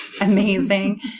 amazing